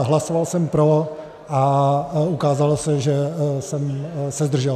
Hlasoval jsem pro a ukázalo se, že jsem se zdržel.